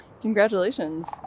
Congratulations